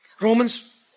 Romans